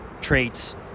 traits